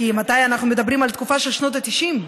כי אנחנו מדברים על התקופה של שנות ה-90,